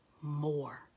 more